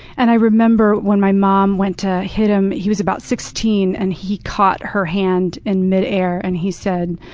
and i remember when my mom went to hit him, he was about sixteen, and he caught her hand in midair and he said,